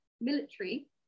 military